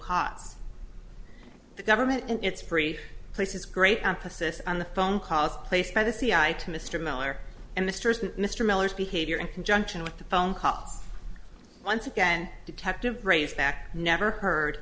cause the government and its free places great emphasis on the phone calls placed by the c i to mr miller and mr mr miller's behavior in conjunction with the phone call once again detective race back never heard